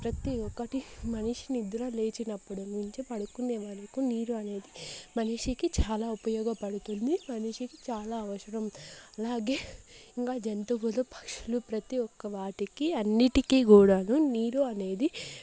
ప్రతి ఒక్కటి మనిషి నిద్ర లేచినప్పుడు నుంచి పడుకునే వరకు నీరు అనేది మనిషికి చాలా ఉపయోగపడుతుంది మనిషి చాలా అవసరం అలాగే ఇంకా జంతువులు పక్షులు ప్రతి ఒక్క వాటికి అన్నిటికి కూడాను నీరు అనేది